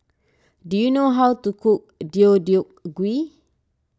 do you know how to cook Deodeok Gui